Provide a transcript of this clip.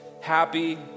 happy